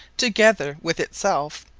together with it selfe,